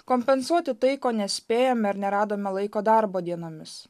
kompensuoti tai ko nespėjome ar neradome laiko darbo dienomis